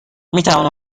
میتوانم